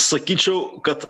sakyčiau kad